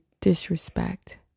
disrespect